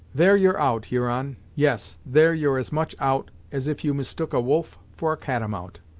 there you're out, huron yes, there you're as much out, as if you mistook a wolf for a catamount.